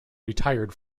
retired